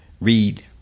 read